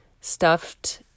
stuffed